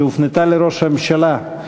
שהופנתה אל ראש הממשלה,